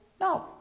No